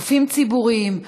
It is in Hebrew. גופים ציבוריים,